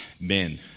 men